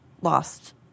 lost